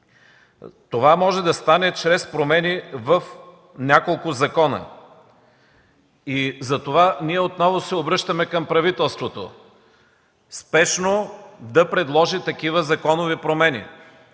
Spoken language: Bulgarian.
Това може да стане чрез промени в няколко закона. Затова ние отново се обръщаме към правителството – спешно да предложи такива законови промени.